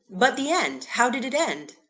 but the end how did it end?